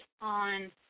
on